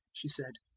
she said,